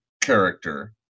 character